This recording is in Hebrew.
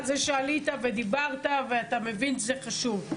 זה שעלית ודיברת ואתה מבין, זה חשוב,